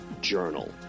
Journal